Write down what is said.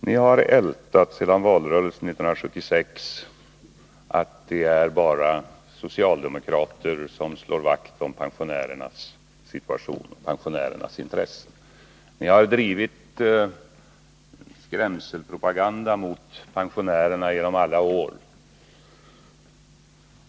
Ni har sedan valrörelsen 1976 ältat talet om att det bara är socialdemokrater som slår vakt om pensionärernas intressen. Ni har drivit skrämselpropaganda när det gäller pensionärerna genom alla år.